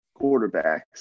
quarterbacks